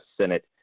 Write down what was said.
Senate